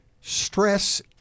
stress